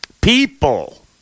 people